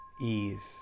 ease